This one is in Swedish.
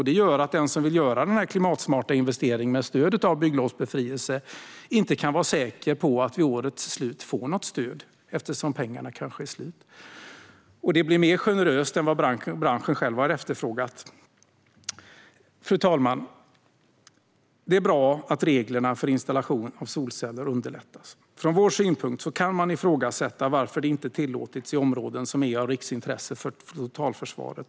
Det gör att den som vill göra en klimatsmart investering med stöd av bygglovsbefrielse inte kan vara säker på att vid årets slut få något stöd, eftersom pengarna kanske är slut. Det blir också mer generöst än vad branschen själv har efterfrågat. Fru talman! Det är bra att reglerna för installation av solceller underlättas. Från vår synpunkt kan man ifrågasätta varför det inte tillåtits i områden som är av riksintresse för totalförsvaret.